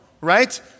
right